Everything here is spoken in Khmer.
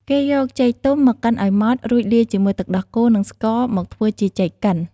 គេយកចេកទុំមកកិនឲ្យម៉ត់ រួចលាយជាមួយទឹកដោះគោ និងស្ករ មកធ្វើជាចេកកិន។